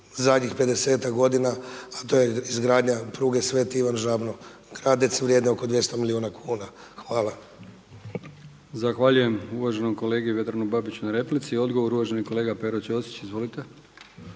zadnjih 50-ak godina a to je izgradnja pruge Sv. Ivan Žabno - Gradec vrijedne oko 200 milijuna kuna. Hvala. **Brkić, Milijan (HDZ)** Zahvaljujem uvaženom kolegi Vedranu Babiću na replici. I odgovor uvaženi kolega Pero Ćosić. Izvolite.